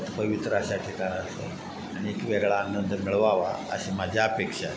पवित्र अशा ठिकाणात जाऊन आणि एक वेगळा आनंद मिळवावा अशी माझी अपेक्षा